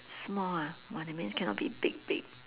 small ah !wah! that means cannot be big big